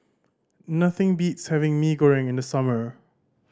nothing beats having Mee Goreng in the summer